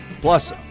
Plus